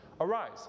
arise